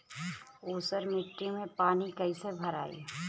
ऊसर मिट्टी में पानी कईसे भराई?